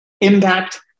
impact